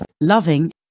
loving